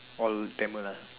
all Tamil lah